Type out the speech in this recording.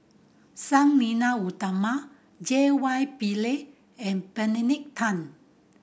Sang Nila Utama J Y Pillay and Benedict Tan